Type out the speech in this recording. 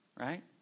Right